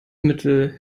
mittel